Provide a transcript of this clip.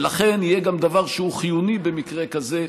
ולכן יהיה גם דבר שהוא חיוני במקרה כזה,